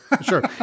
sure